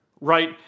Right